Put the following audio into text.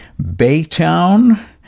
Baytown